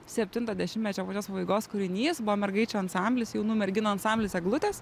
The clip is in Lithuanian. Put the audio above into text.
septinto dešimtmečio pabaigos kūrinys buvo mergaičių ansamblis jaunų merginų ansamblis eglutės